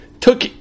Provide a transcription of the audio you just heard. took